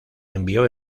envió